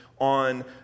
On